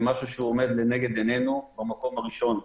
משהו שעומד לנגד עינינו במקום הראשון.